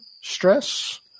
stress